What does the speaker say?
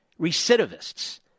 recidivists